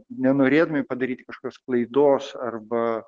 nenorėdami padaryti kažkokios klaidos arba